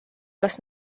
kas